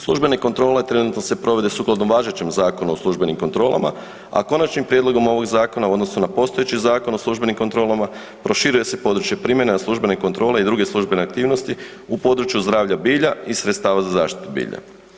Službene kontrole trenutno se provode sukladno važećem Zakonu o službenim kontrolama, a konačnim prijedlogom ovoga zakona u odnosu na postojeći Zakon o službenim kontrolama proširuje se područje primjene o službenoj kontroli i druge službene aktivnosti u području zdravlja bilja i sredstava za zaštitu bilja.